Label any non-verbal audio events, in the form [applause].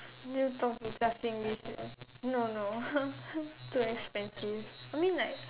did you talk to Justin this year no no [laughs] too expensive I mean like